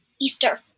Easter